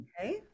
Okay